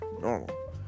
normal